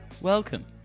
welcome